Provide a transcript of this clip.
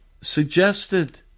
suggested